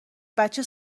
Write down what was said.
بچه